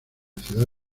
ciudad